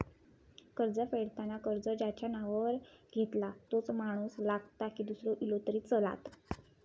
कर्ज फेडताना कर्ज ज्याच्या नावावर घेतला तोच माणूस लागता की दूसरो इलो तरी चलात?